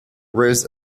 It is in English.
wears